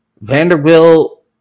Vanderbilt